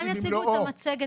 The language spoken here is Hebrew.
הם יציגו את המצגת.